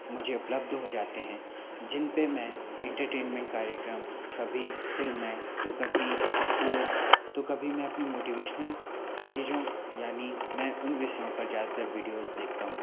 मुझे उपलब्ध हो जाते हैं जिन पे मैं इंटरटेनमेंट कार्यक्रम कभी फिल्में तो कभी स्पोर्ट्स तो कभी मैं अपनी मोटिवेशनल चीज़ों यानि मैं उन विषयों पर ज़्यादातर वीडियोज़ देखता हूँ